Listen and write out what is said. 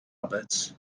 roberts